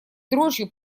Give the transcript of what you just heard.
дрожью